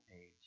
age